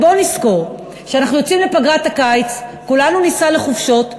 בואו נזכור שכשאנחנו יוצאים לפגרת הקיץ כולנו ניסע לחופשות,